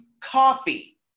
coffee